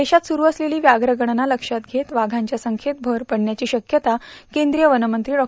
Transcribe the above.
देशात सुरू असलेली व्याप्र गणना लक्षात घेत वाघांच्या संख्येत भर पडण्याची शक्यता केंद्रीय वनमंत्री डॉ